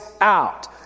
out